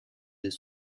des